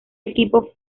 equipo